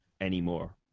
anymore